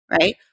right